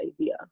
idea